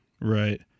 Right